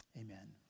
Amen